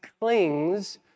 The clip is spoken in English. clings